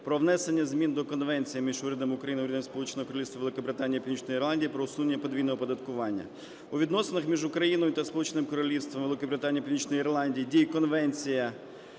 про внесення змін до Конвенції між Урядом України і Урядом Сполученого Королівства Великобританії і Північної Ірландії про усунення подвійного оподаткування. У відносинах між Україною та Сполученим Королівством Великої Британії і Північної Ірландії діє Конвенція